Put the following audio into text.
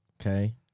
okay